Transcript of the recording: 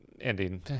ending